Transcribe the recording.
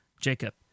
Jacob